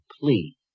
please